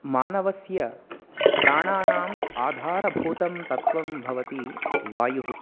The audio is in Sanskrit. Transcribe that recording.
मानवस्य प्राणानाम् आधारभूतं तत्वं भवति वायुः